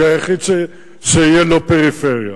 זה היחיד שיהיה לא-פריפריה.